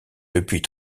depuis